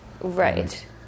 Right